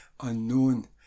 unknown